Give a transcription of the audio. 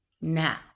Now